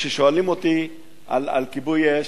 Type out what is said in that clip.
וכששואלים אותי על כיבוי-אש,